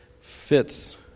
fits